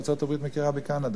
ארצות-הברית מכירה בקנדה.